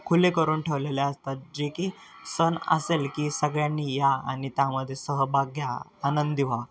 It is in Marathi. खुले करून ठेवलेले असतात जे की सण असेल की सगळ्यांनी या आणि त्यामध्ये सहभाग घ्या आनंदी व्हा